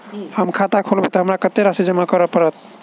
हम खाता खोलेबै तऽ हमरा कत्तेक राशि जमा करऽ पड़त?